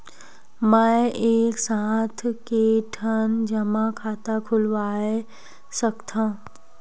मैं एक साथ के ठन जमा खाता खुलवाय सकथव?